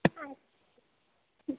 আচ্ছা ঠিক